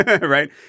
right